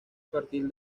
partir